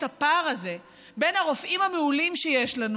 את הפער הזה בין הרופאים המעולים שיש לנו